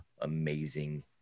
amazing